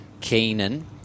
Keenan